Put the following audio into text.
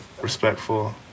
respectful